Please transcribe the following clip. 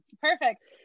perfect